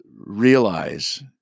realize